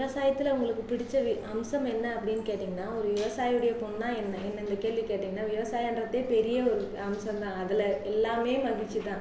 விவசாயத்தில் உங்களுக்கு பிடித்த அம்சம் என்ன அப்படின்னு கேட்டிங்கன்னா ஒரு விவசாயியுடைய பெண்ணா என்னை இந்தந்த கேள்வி கேட்டிங்கன்னா விவசாயம்ன்றதே பெரிய ஒரு அம்சம் தான் அதில் எல்லாமே மகிழ்ச்சிதான்